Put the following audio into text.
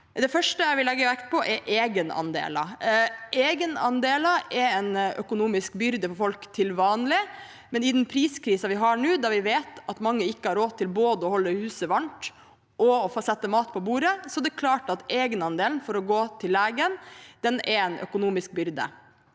Det første jeg vil legge vekt på, er egenandeler. Egenandeler er en økonomisk byrde for folk til vanlig, men i den priskrisen vi har nå, når vi vet at mange ikke har råd til både å holde huset varmt og å sette mat på bordet, er det klart at egenandelen for å gå til legen er en økonomisk byrde.